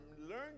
Learn